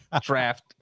draft